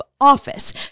office